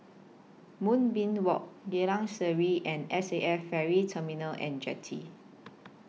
Moonbeam Walk Geylang Serai and S A F Ferry Terminal and Jetty